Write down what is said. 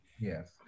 yes